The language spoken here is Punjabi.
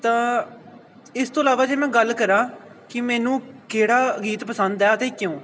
ਤਾਂ ਇਸ ਤੋਂ ਇਲਾਵਾ ਜੇ ਮੈਂ ਗੱਲ ਕਰਾਂ ਕਿ ਮੈਨੂੰ ਕਿਹੜਾ ਗੀਤ ਪਸੰਦ ਹੈ ਅਤੇ ਕਿਉਂ